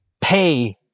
pay